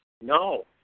no